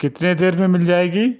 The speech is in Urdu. کتنے دیر میں مل جائے گی